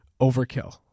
overkill